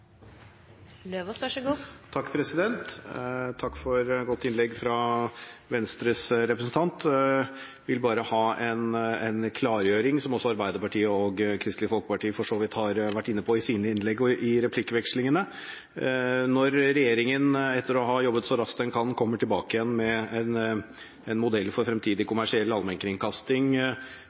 godt innlegg fra Venstres representant. Jeg vil bare ha en klargjøring, som også Arbeiderpartiet og Kristelig Folkeparti for så vidt har vært inne på i sine innlegg og i replikkvekslingene: Når regjeringen, etter å ha jobbet så raskt den kan, kommer tilbake igjen med en modell for fremtidig kommersiell allmennkringkasting